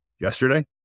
yesterday